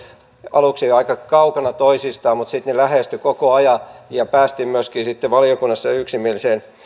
aluksi aika kaukana toisistaan mutta sitten ne lähestyivät koko ajan ja päästiin myöskin sitten valiokunnassa yksimieliseen